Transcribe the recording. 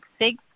six